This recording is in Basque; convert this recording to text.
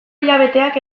hilabeteak